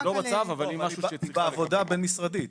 היא בעבודה הבין-משרדית.